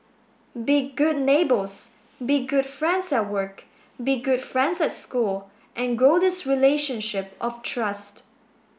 be good neighbours be good friends at work be good friends at school and grow this relationship of trust